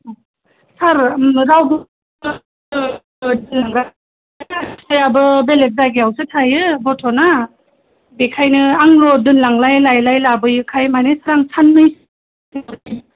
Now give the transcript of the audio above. अ सार रावबो गैया फिसायाबो बेलेग जायगायावसो थायो गथ'ना बेखायनो आंल' दोनलांलाय लायलाय लाबोयोखाय माने आं साननैसोखौ लांसै